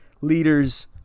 leaders